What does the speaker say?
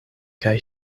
kaj